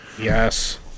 Yes